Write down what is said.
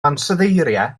ansoddeiriau